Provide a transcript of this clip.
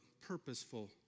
purposeful